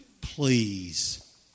please